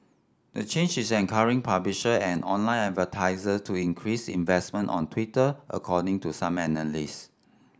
the change is encourage publisher and online advertisers to increase investment on Twitter according to some analysts